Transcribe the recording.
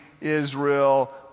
Israel